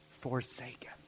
forsaken